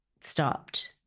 stopped